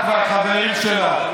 את והחברים שלך.